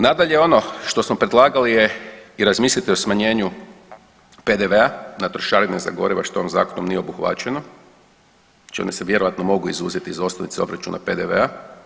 Nadalje ono što smo predlagali je i razmislite o smanjenju PDV-a na trošarine za goriva što ovim zakonom nije obuhvaćeno, čime se vjerojatno mogu izuzeti iz osnovice obračuna PDV-a.